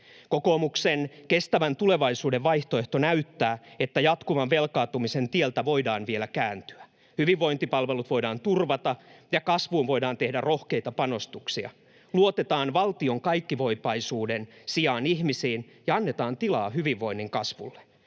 Kokoomuksen kestävän tulevaisuuden vaihtoehto näyttää, että jatkuvan velkaantumisen tieltä voidaan vielä kääntyä. Hyvinvointipalvelut voidaan turvata ja kasvuun voidaan tehdä rohkeita panostuksia. Luotetaan valtion kaikkivoipaisuuden sijaan ihmisiin ja annetaan tilaa hyvinvoinnin kasvulle.